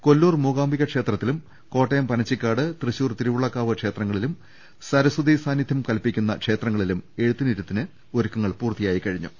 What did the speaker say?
കൊല്ലൂർ മൂകാംബിക ക്ഷേത്രത്തിലും കോട്ടയം പനച്ചി ക്കാട് തൃശൂർ തിരുവുള്ളക്കാവ് ക്ഷേത്രങ്ങളിലും സരസ്വതി സാന്നിധൃം കൽപ്പിക്കുന്ന ക്ഷേത്രങ്ങളിലും എഴുത്തിനിരു ത്തിന് ഒരുക്കങ്ങൾ പൂർത്തിയായിക്കഴിഞ്ഞു